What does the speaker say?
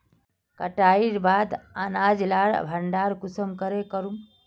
कटाईर बाद अनाज लार भण्डार कुंसम करे करूम?